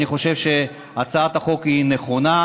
אני חושב שהצעת החוק נכונה.